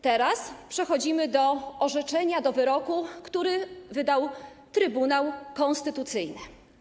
I teraz przechodzimy do orzeczenia, do wyroku, który wydał Trybunał Konstytucyjny.